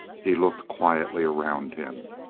he looked quietly around him.